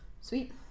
Sweet